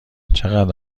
چقدر